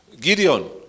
Gideon